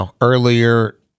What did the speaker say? earlier